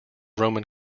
roman